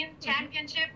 championship